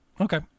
Okay